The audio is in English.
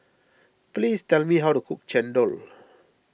please tell me how to cook Chendol